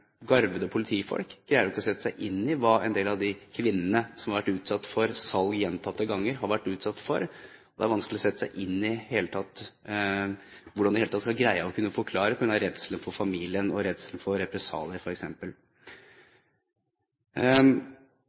garvede politifolk greier ikke å sette seg inn i hva en del av de kvinnene som har vært utsatt for salg gjentatte ganger, har vært utsatt for. Det er vanskelig å sette seg inn i hvordan de i det hele tatt skal greie å kunne forklare seg på grunn av redselen for familien og redselen for